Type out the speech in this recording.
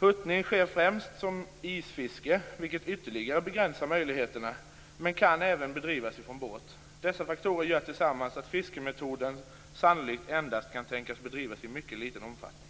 Huttning sker främst som isfiske, vilket ytterligare begränsar möjligheterna, men kan även bedrivas från båt. Dessa faktorer gör tillsammans att fiskemetoden sannolikt endast kan tänkas bedrivas i mycket liten omfattning.